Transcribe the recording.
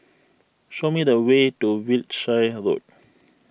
show me the way to Wiltshire Road